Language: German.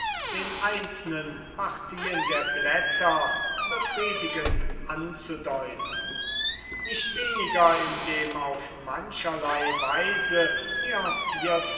den einzelnen partien der blätter befriedigend anzudeuten nicht weniger in dem auf mancherlei weise